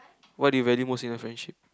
what do you value most in a friendship